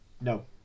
No